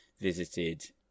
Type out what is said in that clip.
visited